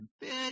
bit